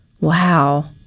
wow